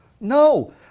No